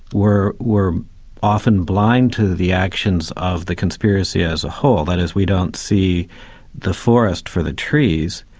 we're we're often blind to the actions of the conspiracy as a whole, that is, we don't see the forest for the trees.